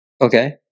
Okay